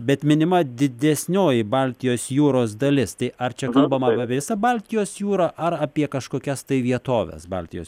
bet minima didesnioji baltijos jūros dalis tai ar čia kalbama apie visą baltijos jūrą ar apie kažkokias tai vietoves baltijos